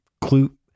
clue